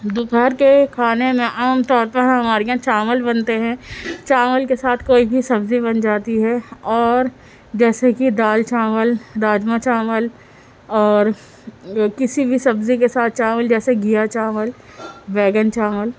دوپہر کے کھانے میں عام طور پر ہمارے یہاں چاول بنتے ہیں چاول کے ساتھ کوئی بھی سبزی بن جاتی ہے اور جیسے کہ دال چاول راجمہ چاول اور کسی بھی سبزی کے ساتھ چاول جیسے گھیا چاول بیگن چاول